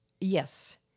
Yes